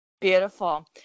Beautiful